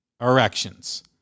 erections